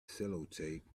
sellotape